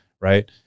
right